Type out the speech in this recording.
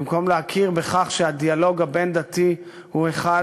במקום להכיר בכך שהדיאלוג הבין-דתי הוא אחד